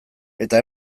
eta